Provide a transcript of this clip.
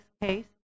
case